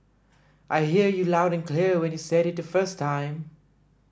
I hear you loud and clear when you said it the first time